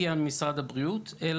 ואני רוצה לשאול שוב את משרד הבריאות על